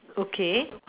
okay